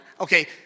Okay